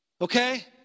Okay